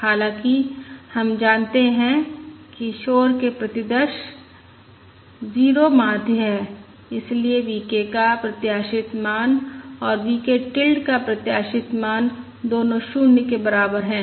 हालाँकि हम जानते हैं कि शोर के प्रतिदर्श 0 माध्य हैं इसलिए V k का प्रत्याशित मान और V k टिल्ड का प्रत्याशित मान दोनों 0 के बराबर हैं